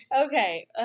Okay